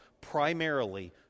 primarily